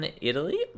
italy